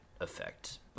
effect